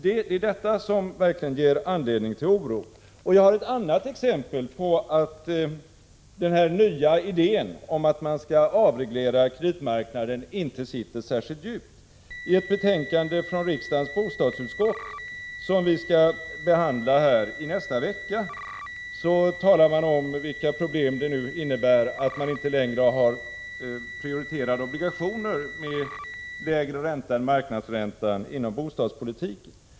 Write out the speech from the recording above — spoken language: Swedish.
Det är detta som ger verklig anledning till oro. Jag har ett annat exempel på att den nya linjen att avreglera kreditmarknaden inte sitter särskilt djupt. I ett betänkande från riksdagens bostadsutskott som vi skall behandla i nästa vecka talas det om vilka problem det innebär att — Prot. 1986/87:46 man inte längre har prioriterade obligationer med lägre ränta än marknads 10 december 1986 räntan inom bostadspolitiken.